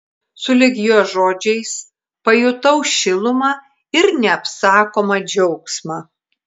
sulig jo žodžiais pajutau šilumą ir neapsakomą džiaugsmą